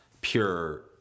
pure